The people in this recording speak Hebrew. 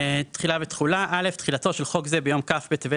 תחילה ותחולה 3. תחילתו של חוק זה ביום כ' בטבת